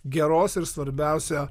geros ir svarbiausia